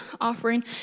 offering